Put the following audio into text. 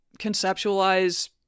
conceptualize